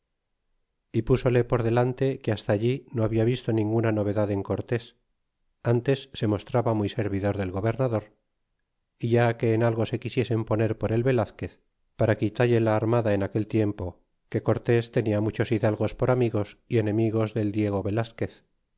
y púsole por delante que hasta allí no habla visto ninguna novedad en cortés ates se mostraba muy servidor del gobernador é ya que en algo se quisiesen poner por el velazquez para quitalle la armada en aquel tiempo que cortés tenia muchos hidalgos por amigos y enemigos del diego velasquez